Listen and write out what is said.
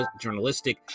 journalistic